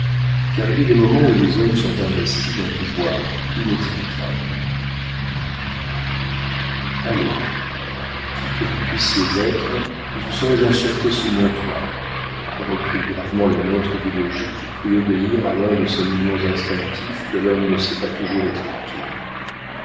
car il est des moments où les hommes sont investis d'un pouvoir inexplicable allez qui que vous puissiez être vous serez en sûreté sous mon toit reprit gravement le maître du logis qui crut obéir à l'un de ces mouvements instinctifs que l'homme ne sait pas toujours expliquer